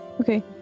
Okay